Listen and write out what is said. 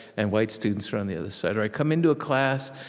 and white students are on the other side. or i come into a class,